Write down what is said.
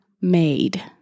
made